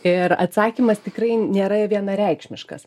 ir atsakymas tikrai nėra vienareikšmiškas